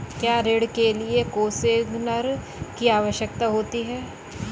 क्या ऋण के लिए कोसिग्नर की आवश्यकता होती है?